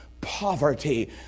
poverty